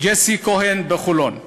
ג'סי כהן בחולון.